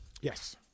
Yes